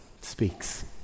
speaks